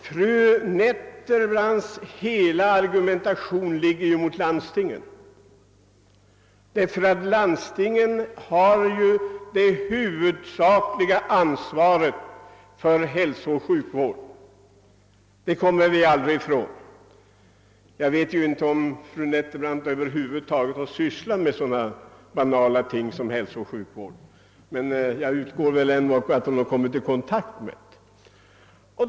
Fru Nettelbrandts hela argumentation vänder sig ju mot landstingen, eftersom dessa har det huvudsakliga ansvaret för hälsooch sjukvård; det kommer vi aldrig ifrån. Jag vet inte om fru Nettelbrandt över huvud taget har sysslat med sådana banala ting som hälsooch sjukvård, men jag utgår ändock från att hon kommit i kontakt med dem.